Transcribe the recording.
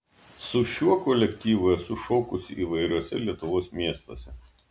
su šiuo kolektyvu esu šokusi įvairiuose lietuvos miestuose